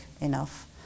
enough